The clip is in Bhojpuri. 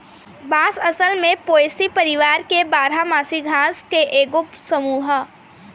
बांस असल में पोएसी परिवार के बारह मासी घास के एगो समूह ह